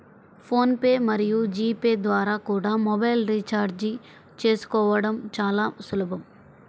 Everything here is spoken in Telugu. ఫోన్ పే మరియు జీ పే ద్వారా కూడా మొబైల్ రీఛార్జి చేసుకోవడం చాలా సులభం